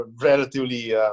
relatively